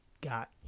got